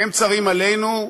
הם צרים עלינו,